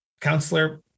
Counselor